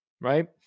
Right